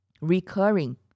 Recurring